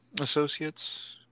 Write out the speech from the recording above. associates